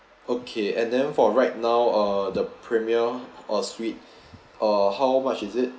okay and then for right now uh the premier or suite err how much is it